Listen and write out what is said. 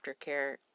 aftercare